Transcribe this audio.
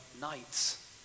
nights